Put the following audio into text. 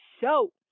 show